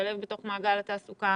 להשתלב בתוך מעגל התעסוקה,